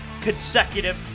consecutive